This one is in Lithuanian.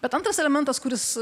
bet antras elementas kuris